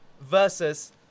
versus